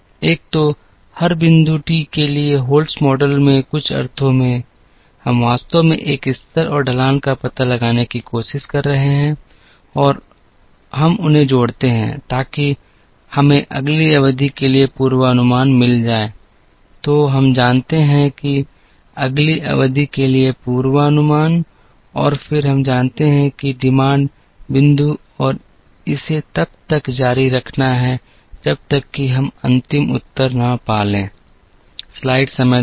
1 तो हर बिंदु टी के लिए होल्ट्स मॉडल में कुछ अर्थों में हम वास्तव में एक स्तर और ढलान का पता लगाने की कोशिश कर रहे हैं और हम उन्हें जोड़ते हैं ताकि हमें अगली अवधि के लिए पूर्वानुमान मिल जाए तो हम जानते हैं कि अगली अवधि के लिए पूर्वानुमान और फिर हम जानते हैं कि मांग बिंदु और इसे तब तक जारी रखना है जब तक कि हम अंतिम उत्तर न पा लें